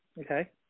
okay